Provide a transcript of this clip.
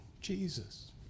Jesus